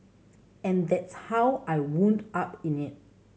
and that's how I wound up in it